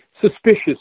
suspicious